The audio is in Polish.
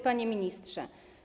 Panie Ministrze!